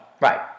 Right